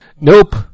Nope